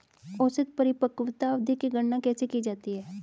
औसत परिपक्वता अवधि की गणना कैसे की जाती है?